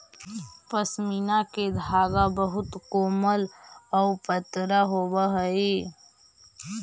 पशमीना के धागा बहुत कोमल आउ पतरा होवऽ हइ